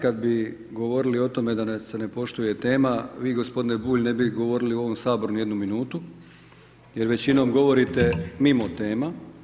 Kad bi govorili o tome da se ne poštuje tema vi gospodine Bulj ne bi govorili u ovom Saboru ni jednu minutu, jer većinom govorite mimo tema.